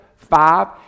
Five